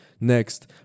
Next